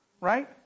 right